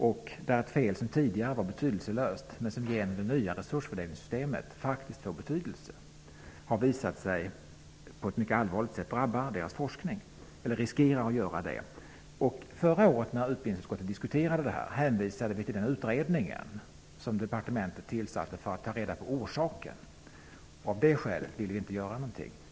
Detta är ett fel som tidigare var betydelselöst, men som genom det nya resursfördelningssystemet faktiskt får betydelse. Det har visat sig på ett mycket allvarligt sätt drabba dess forskning, eller riskerar att göra det. När utbildningsutskottet förra året diskuterade detta hänvisades till den utredning som departementet tillsatte för att ta reda på orsaken. Av det skälet ville vi inte göra någonting.